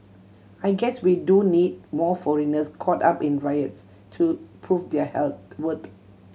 I guess we do need more foreigners caught up in riots to prove their health worth